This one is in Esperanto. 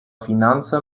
financa